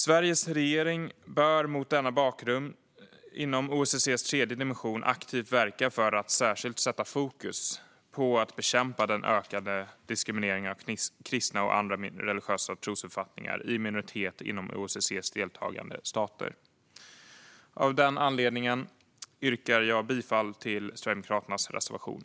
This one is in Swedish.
Sveriges regering bör mot denna bakgrund inom OSSE:s tredje dimension aktivt verka för att särskilt sätta fokus på att bekämpa den ökande diskrimineringen av kristna och andra religiösa trosuppfattningar i minoritet inom OSSE:s deltagande stater. Av denna anledning yrkar jag bifall till Sverigedemokraternas reservation.